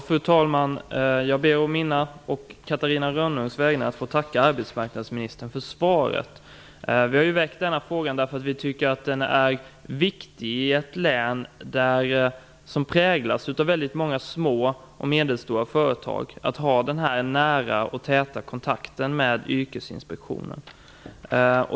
Fru talman! Jag ber att å mina och Catarina Rönnungs vägnar få tacka arbetsmarknadsministern för svaret. Vi tycker att frågan är viktig i ett län som präglas av många små och medelstora företag. Det är viktigt att ha en nära och tät kontakt med Yrkesinspektionen.